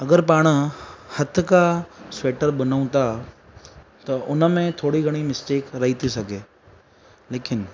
अगरि पाण हथ खां स्वैटर ॿुनूं था त उन में थोरी घणी मिस्टेक रही थी सघे लेकिन